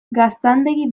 gaztandegi